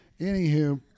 Anywho